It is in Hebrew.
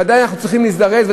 ודאי שאנחנו צריכים להזדרז.